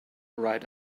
right